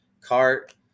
cart